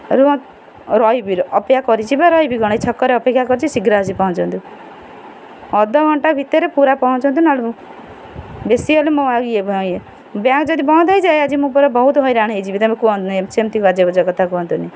ରହିବି ଅପେକ୍ଷା କରିଛି ବା ରହିବି କ'ଣ ଏଇ ଛକରେ ଅପେକ୍ଷା କରିଛି ଶୀଘ୍ର ଆସି ପହଞ୍ଚନ୍ତୁ ଅଧଘଣ୍ଟା ଭିତରେ ପୁରା ପହଞ୍ଚନ୍ତୁ ନହେଲେ ବେଶୀ ହେଲେ ମୁଁ ଆଉ ଇଏ ଇଏ ବ୍ୟାଙ୍କ୍ ଯଦି ବନ୍ଦ ହୋଇଯାଏ ଆଜି ମୁଁ ପୁରା ବହୁତ ହଇରାଣ ହୋଇଯିବି ତୁମେ କୁହନ୍ତୁ ସେମିତି ଅଜେବାଜେ କଥା କୁହନ୍ତୁନି